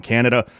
Canada